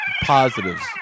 positives